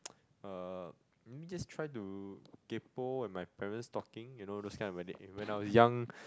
uh maybe just try to kaypo when my parents talking you know those kind of when they when I was young